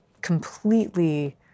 completely